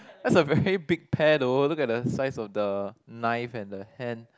that's a very big pear though look at the size of the knife and the hand